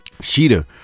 Sheeta